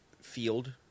field